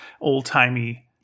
old-timey